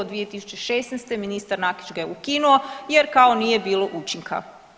2016. ministar Nakić ga je ukinuo, jer kao nije bilo učinka.